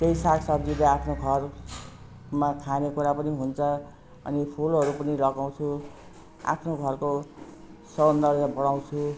केही सागसब्जीले आफ्नो घरमा खानेकुरा पनि हुन्छ अनि फुलहरू पनि लगाउँछु आफ्नो घरको सौन्दर्य बढाउँछु